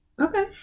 Okay